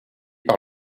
par